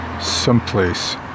someplace